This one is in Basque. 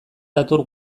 dator